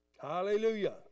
Hallelujah